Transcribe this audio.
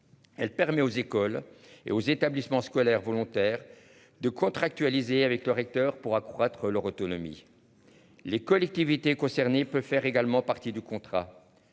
Elle permet aux écoles et aux établissements scolaires volontaires de contractualiser avec le recteur pour accroître leur autonomie. Les collectivités concernées peut faire également partie du contrat.